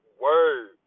word